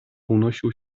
unosił